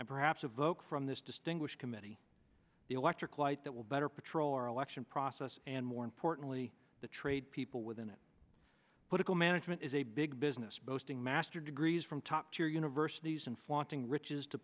and perhaps a vote from this distinguished committee the electric light that will better patrol our election process and more importantly the trade people within it put it all management is a big business boasting master degrees from top tier universities and flaunting riches to